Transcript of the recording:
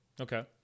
Okay